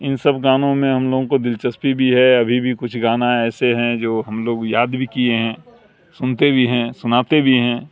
ان سب گانوں میں ہم لوگوں کو دلچسپی بھی ہے ابھی بھی کچھ گانا ایسے ہیں جو ہم لوگ یاد بھی کیے ہیں سنتے بھی ہیں سناتے بھی ہیں